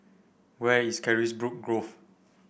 where is Carisbrooke Grove